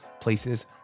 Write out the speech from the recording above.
places